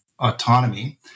autonomy